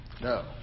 No